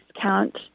count